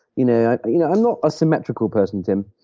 you know you know i'm not a symmetrical person, tim.